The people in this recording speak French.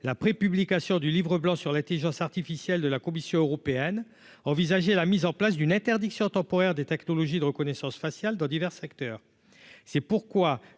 la pré-publication du Livre blanc sur la tige os artificiel de la Commission européenne, envisager la mise en place d'une interdiction temporaire des technologies de reconnaissance faciale dans divers secteurs,